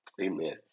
Amen